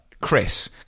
Chris